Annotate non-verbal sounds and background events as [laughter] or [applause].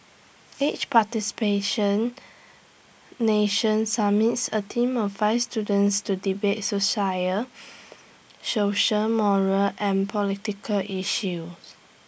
each participation nation submits A team of five students to debate [unintelligible] social moral and political issue